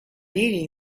eating